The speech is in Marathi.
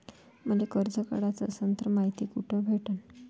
मले कर्ज काढाच असनं तर मायती कुठ भेटनं?